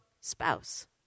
spouse